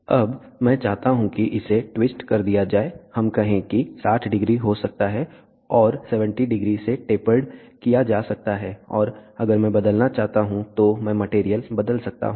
अब मैं चाहता हूं कि इसे टविस्ट कर दिया जाए हम कहें कि 60० हो सकता है और 700 से टेपर्ड किया जा सकता है और अगर मैं बदलना चाहता हूं तो मैं मटेरियल बदल सकता हूं